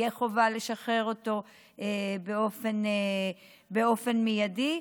תהיה חובה לשחרר אותו באופן מיידי.